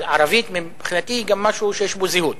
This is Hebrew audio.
אבל מבחינתי ערבית היא גם משהו שיש בו זהות.